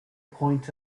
point